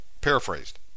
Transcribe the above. Paraphrased